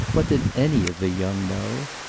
what did any of the young know?